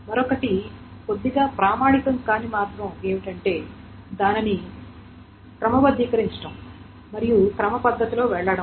మరొకటి కొద్దిగా ప్రామాణికం కాని మార్గం ఏమిటంటే దానిని క్రమబద్ధీకరించడం మరియు క్రమ పద్ధతిలో వెళ్ళడం